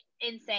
insane